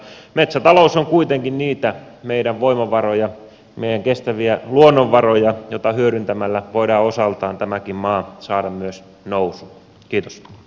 metsätalous on kuitenkin niitä meidän voimavarojamme meidän kestäviä luonnonvarojamme joita hyödyntämällä voidaan osaltaan tämäkin maa saada nousuun